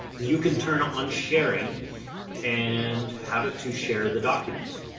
you can turn on sharing and have it to share the document.